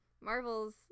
Marvel's